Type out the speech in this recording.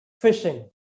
fishing